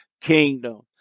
kingdom